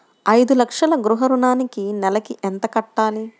ఐదు లక్షల గృహ ఋణానికి నెలకి ఎంత కట్టాలి?